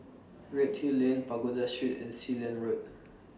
Redhill Lane Pagoda Street and Sealand Road